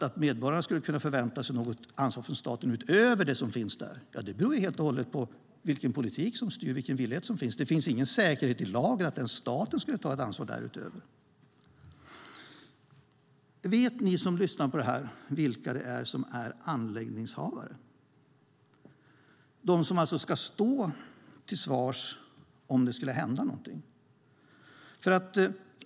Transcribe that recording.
Att medborgarna skulle kunna förvänta sig något ansvar från staten utöver det som finns där beror ju helt och hållet på vilken politik som styr, vilken villighet som finns. Det finns ingen säkerhet i lagen för att staten skulle ta ett ansvar därutöver. Vet ni som lyssnar vilka det är som är anläggningshavare, de som alltså ska stå till svars om det skulle hända någonting?